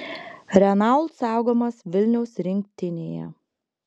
renault saugomas vilniaus rinktinėje